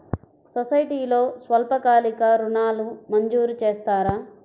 సొసైటీలో స్వల్పకాలిక ఋణాలు మంజూరు చేస్తారా?